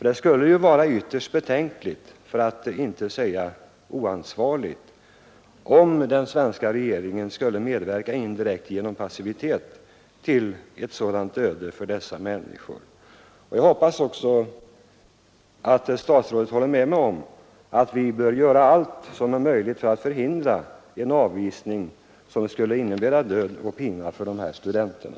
Det skulle vara ytterst betänkligt, för att inte säga oförsvarligt, om den svenska regeringen — indirekt genom passivitet — skulle medverka till ett sådant öde för dessa människor. Jag hoppas också att statsrådet håller med mig om att vi bör göra allt som är möjligt för att förhindra en avvisning, som skulle innebära död och pina för de iranska studenterna.